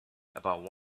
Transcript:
about